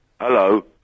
Hello